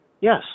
Yes